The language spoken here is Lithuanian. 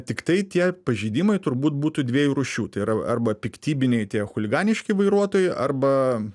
tiktai tie pažeidimai turbūt būtų dviejų rūšių tai yra arba piktybiniai tie chuliganiški vairuotojai arba